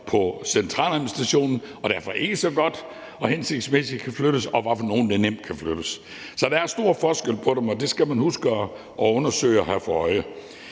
på centraladministrationen og derfor ikke så godt og hensigtsmæssigt kan flyttes, og hvad for nogle der nemt kan flyttes. Så der er stor forskel på dem, og det skal man huske at undersøge og have for øje.